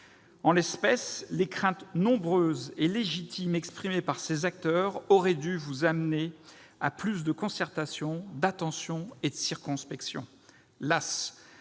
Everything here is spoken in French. En l'espèce, les craintes nombreuses et légitimes exprimées par différents acteurs auraient dû amener le Gouvernement à plus de concertation, d'attention et de circonspection. Las,